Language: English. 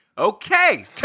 Okay